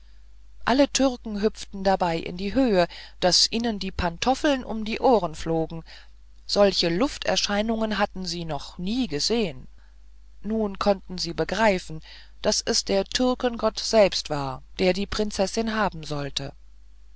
alle türken hüpften dabei in die höhe daß ihnen die pantoffeln um die ohren flogen solche lufterscheinung hatten sie noch nie gesehen nun konnten sie begreifen daß es der türkengott selbst war der die prinzessin haben sollte